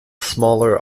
smaller